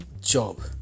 job